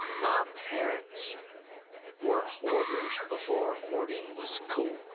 my parents were hoarders before hoarding was cool.